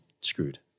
screwed